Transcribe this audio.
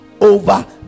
over